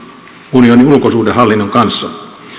unionin ulkosuhdehallinnon kanssa